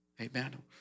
Amen